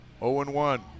0-1